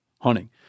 hunting